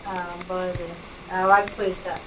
आं बरें हांव वाट पळयता